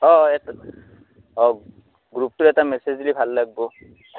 অঁ অঁ গ্ৰুপটো এটা মেছেজ দিলি ভাল লাগব